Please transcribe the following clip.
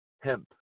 Hemp